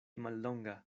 mallonga